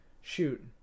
Shoot